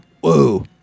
whoa